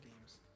games